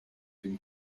dem